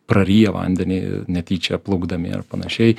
praryja vandenį netyčia plaukdami ar panašiai